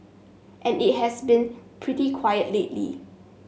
and it has been pretty quiet lately